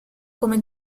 come